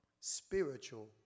spiritual